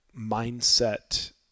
mindset